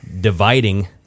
dividing